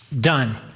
Done